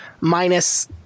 minus